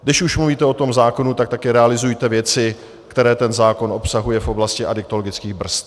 Když už mluvíte o tom zákonu, tak také realizujte věci, které ten zákon obsahuje v oblasti adiktologických brzd.